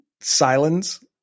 Silence